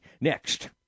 next